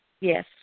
Yes